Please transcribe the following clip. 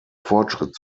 fortschritt